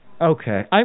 Okay